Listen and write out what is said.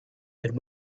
and